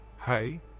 hey